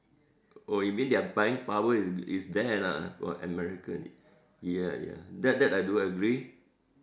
oh you mean their buying power is there lah for American ya ya that that I do agree